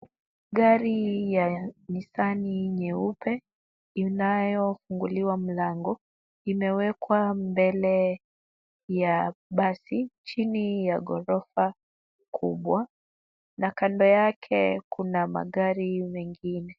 Gari ya Nissan nyeupe inayofunguliwa mlango imewekwa mbele ya basi chini ya ghorofa kubwa na kando yake kuna magari mengine.